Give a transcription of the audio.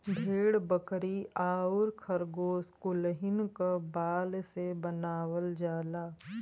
भेड़ बकरी आउर खरगोस कुलहीन क बाल से बनावल जाला